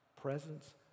presence